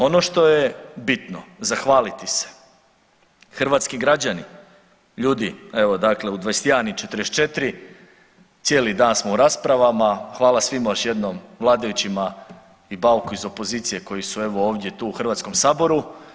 Ono što je bitno zahvaliti se hrvatskim građanima, ljudi evo dakle u 21 i 44 cijeli dan smo u raspravama, hvala svima još jednom vladajućima i Bauku iz opozicije koji su evo ovdje tu u Hrvatskom saboru.